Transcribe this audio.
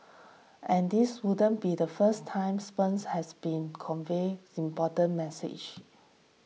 and this wouldn't be the first time sperms has been convey important message